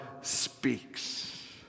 speaks